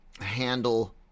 handle